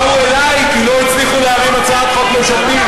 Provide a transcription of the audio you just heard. באו אלי כי לא הצליחו להרים הצעת חוק ממשלתית,